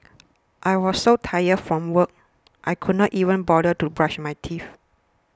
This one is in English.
I was so tired from work I could not even bother to brush my teeth